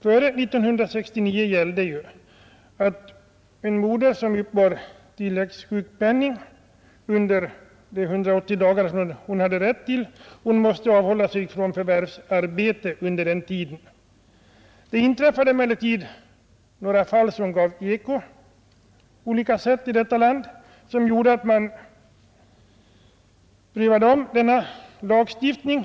Före 1969 gällde att en moder, som uppbar tillägssjukpenning under de 180 dagar hon hade rätt till, också måste avhålla sig från förvärvsarbete under denna tid. Det inträffade emellertid några fall som gav eko på olika sätt i landet, med påföljd att man omprövade lagstiftningen.